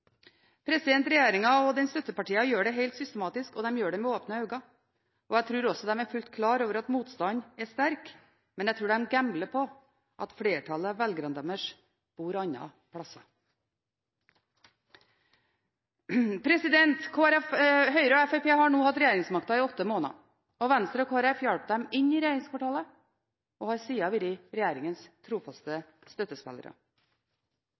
og støttepartiene gjør det helt systematisk, og de gjør det med åpne øyne. Jeg tror også at de er helt klar over at motstanden er sterk, men jeg tror de gambler på at flertallet, velgerne deres, bor andre steder. Høyre og Fremskrittspartiet har nå hatt regjeringsmakta i åtte måneder. Venstre og Kristelig Folkeparti hjalp dem inn i regjeringskvartalet og har sida vært regjeringens trofaste støttespillere.